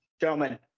Gentlemen